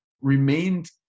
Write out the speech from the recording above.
remained